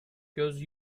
göz